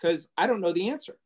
because i don't know the answer